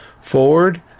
forward